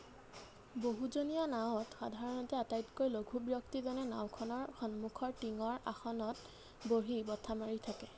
বহুজনীয়া নাৱত সাধাৰণতে আটাইতকৈ লঘু ব্যক্তিজনে নাওখনৰ সন্মুখৰ টিঙৰ আসনত বহি বঠা মাৰি থাকে